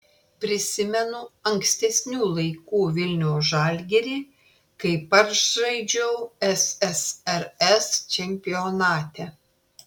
prisimenu ankstesnių laikų vilniaus žalgirį kai pats žaidžiau ssrs čempionate